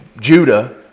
Judah